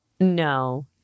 No